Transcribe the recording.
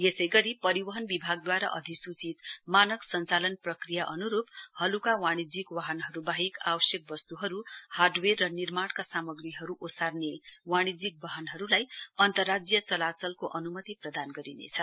यसै गरी परिवहव विभागदवारा अधिसूचित मानक सञ्चालन प्रक्रिया अनुरूप हलुका वाणिज्यिक वहानहरूबाहेक आवश्यक वस्तुहरू हार्डवेयर र निर्माणका सामाग्रीहरू ओसार्ने वाणिज्यिक वाहनहरूलाई अन्तर्राज्य चलाचलको अनुमति प्रदान गरिनेछ